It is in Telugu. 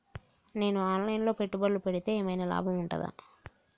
నేను ఆన్ లైన్ లో పెట్టుబడులు పెడితే ఏమైనా లాభం ఉంటదా?